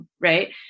right